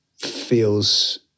feels